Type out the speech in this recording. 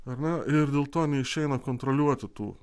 ar ne ir dėl to neišeina kontroliuoti tų